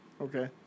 Okay